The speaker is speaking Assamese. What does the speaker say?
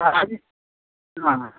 অ আজি অঁ